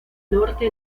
norte